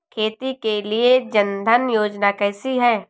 खेती के लिए जन धन योजना कैसी है?